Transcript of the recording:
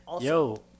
yo